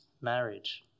marriage